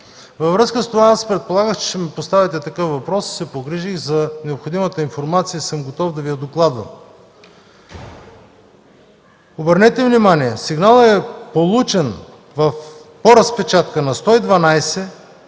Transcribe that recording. Във връзка с това аз предполагах, че ще ми поставите такъв въпрос и се погрижих за необходимата информация и съм готов да Ви я докладвам. Обърнете внимание: по разпечатка